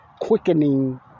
quickening